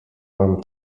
wam